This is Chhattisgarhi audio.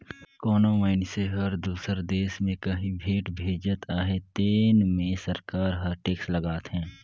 कोनो मइनसे हर दूसर देस में काहीं भेंट भेजत अहे तेन में सरकार हर टेक्स लगाथे